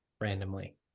randomly